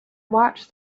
watched